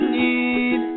need